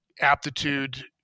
aptitude